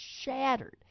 shattered